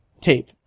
tape